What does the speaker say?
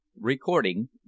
Recording